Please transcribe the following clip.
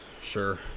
Sure